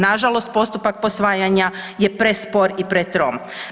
Nažalost postupak posvajanja je prespor i pretrom.